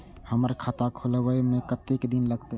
हमर खाता खोले में कतेक दिन लगते?